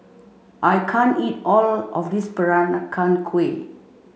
I can't eat all of this Peranakan Kueh